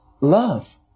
love